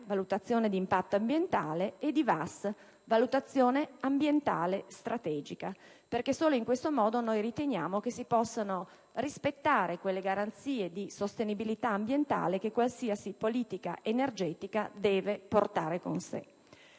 valutazione di impatto ambientale - e di VAS - valutazione ambientale strategica - perché solo in questo modo riteniamo si possano rispettare quelle garanzie di sostenibilità ambientale che qualsiasi politica energetica deve portare con sé.